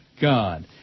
God